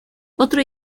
otro